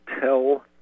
tell